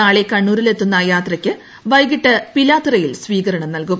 നാളെ കണ്ണൂരിലെത്തുന്ന യാത്രക്ക് വൈകിട്ട് പിലാത്തറയിൽ സ്വീകരണം നൽകും